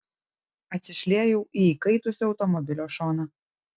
atsišliejau į įkaitusio automobilio šoną